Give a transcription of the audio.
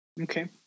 Okay